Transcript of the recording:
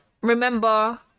Remember